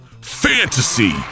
Fantasy